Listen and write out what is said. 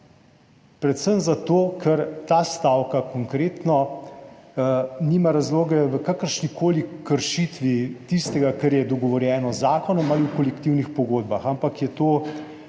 predvsem pa zato, ker ta stavka konkretno nima razloga v kakršni koli kršitvi tistega, kar je dogovorjeno z zakonom ali v kolektivnih pogodbah, ampak je